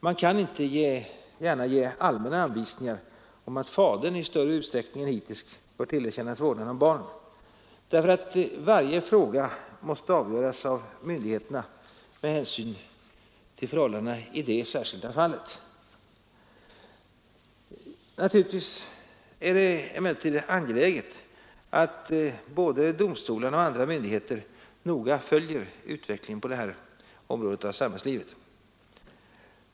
Man kan inte gärna ge allmänna anvisningar om att fadern i större utsträckning än hittills bör tillerkännas vårdnaden om barnen. Varje fråga måste avgöras av myndigheterna med hänsyn till förhållandena i det enskilda fallet. Givetvis är det dock angeläget att både domstolarna och andra myndigheter noga följer utvecklingen på detta område av samhällslivet.